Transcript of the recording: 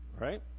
right